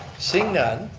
seeing none,